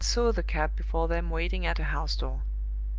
and saw the cab before them waiting at a house door.